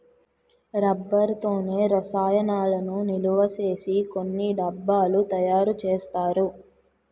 rubber తోనే రసాయనాలను నిలవసేసి కొన్ని డబ్బాలు తయారు చేస్తారు